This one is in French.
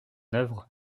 œuvre